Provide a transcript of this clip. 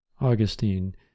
Augustine